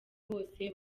bose